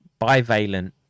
bivalent